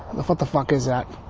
the. what the f ah k is that?